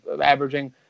averaging